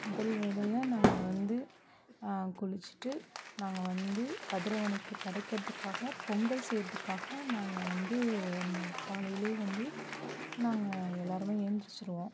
முதல் வேலையாக நாங்கள் வந்து குளிச்சிட்டு நாங்கள் வந்து கதிரவனுக்கு படைக்குறதுக்காக பொங்கல் செய்கிறதுக்காக நாங்கள் வந்து அந்த காலையிலே வந்து நாங்கள் எல்லாருமே எந்திரிச்சிருவோம்